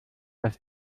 das